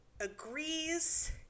agrees